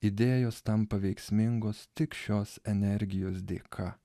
idėjos tampa veiksmingos tik šios energijos dėka